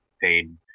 paid